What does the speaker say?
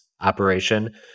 operation